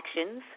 actions